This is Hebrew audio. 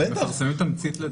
בטח --- מפרסמים תמצית.